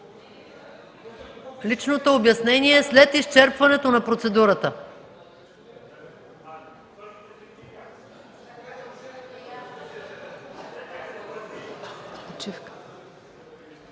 Личното обяснение – след изчерпване на процедурата.